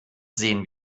sehen